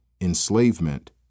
enslavement